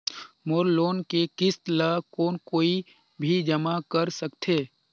मोर loan के किस्त ल कौन कोई भी जमा कर सकथे?